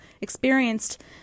experienced